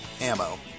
ammo